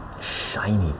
shiny